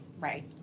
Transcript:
Right